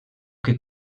que